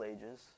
Ages